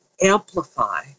amplify